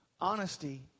honesty